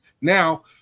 Now